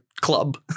club